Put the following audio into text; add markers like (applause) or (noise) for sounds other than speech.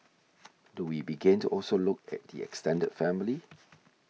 (noise) do we begin to also look at the extended family